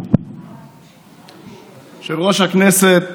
יושב-ראש הישיבה,